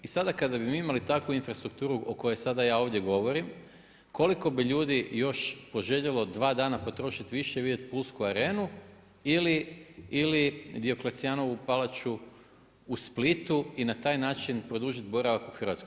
I sada kada bi mi imali takvu infrastrukturu o kojoj sada ja ovdje govorim, koliko bi ljudi još poželio 2 dana potrošiti više i vidjeti Pulsku arenu ili Dioklecijanovu palaču u Splitu i na taj način produžiti boravak u Hrvatskoj.